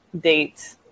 date